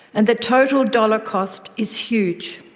and the total dollar cost is huge.